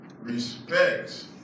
respects